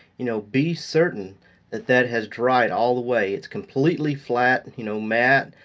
you know be certain that that has dried all the way, it's completely flat, you know matte,